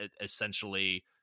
essentially